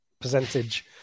percentage